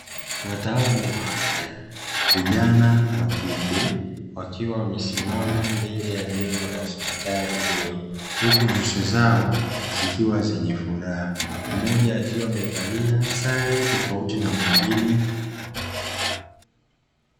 Wataalamu wa afya: vijana wa kike wakiwa wamesimama mbela ya jengo la hospitali hio, huku nyuso zao zikiwa zenye furaha. Mmoja akiwa amevalia sare tofauti na mwingine.